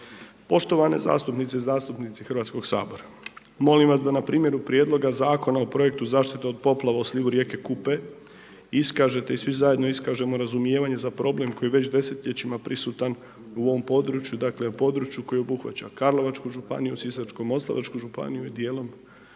Poštovane zastupnice i zastupnici Hrvatskoga sabora, molim vas da na primjeru Prijedloga zakona o Projektu zaštite od poplava u slivu rijeke Kupe iskažete i svi zajedno iskažemo razumijevanje za problem koji je već desetljećima prisutan u ovom području, dakle u području koje obuhvaća Karlovačku županiju, Sisačko-moslavačku županiju i dijelom